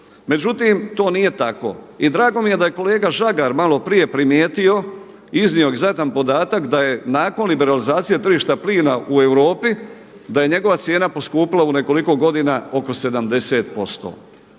Međutim, to nije tako. I drago mi je da je kolega Žagar malo prije primijetio, iznio egzaktan podatak da je nakon liberalizacije tržišta plina u Europi, da je njegova cijena poskupila u nekoliko godina oko 70%,